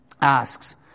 asks